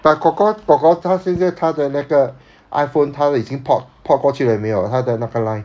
but kor kor kor kor 他现在他的那个 iphone 他已经抛抛弃了没有他的那个 line